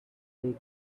take